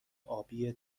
آبی